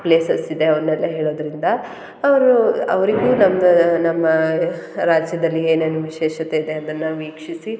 places ಇದೆ ಅವನ್ನೆಲ್ಲ ಹೇಳೋದರಿಂದ ಅವರು ಅವರಿಗೂ ನಮ್ಮ ನಮ್ಮ ರಾಜ್ಯದಲ್ಲಿ ಏನೇನು ವಿಶೇಷತೆ ಇದೆ ಅದನ್ನು ವೀಕ್ಷಿಸಿ